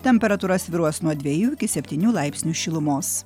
temperatūra svyruos nuo dviejų iki septynių laipsnių šilumos